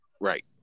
Right